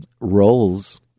roles